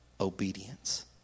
obedience